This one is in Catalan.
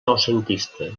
noucentista